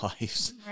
lives